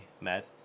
met